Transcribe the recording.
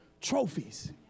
Trophies